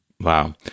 Wow